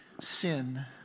Sin